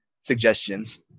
suggestions